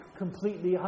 completely